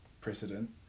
precedent